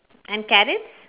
and carrots